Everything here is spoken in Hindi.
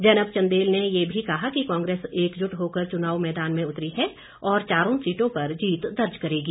जैनब चंदेल ने यह भी कहा कि कांग्रेस एकजुट होकर चुनाव मैदान में उतरी है और चारों सीटों पर जीत दर्ज करेगी